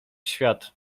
świat